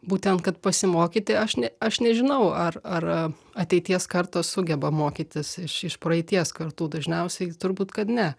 būtent kad pasimokyti aš ne aš nežinau ar ar ateities kartos sugeba mokytis iš iš praeities kartų dažniausiai turbūt kad ne